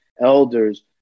elders